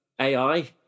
AI